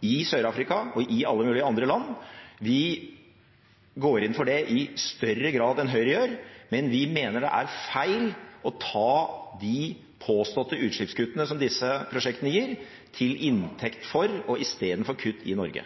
i Sør-Afrika og i alle mulige andre land. Vi går inn for det i større grad enn Høyre gjør, men vi mener det er feil å ta de påståtte utslippskuttene som disse prosjektene gir, til inntekt for og i stedet for kutt i Norge.